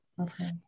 Okay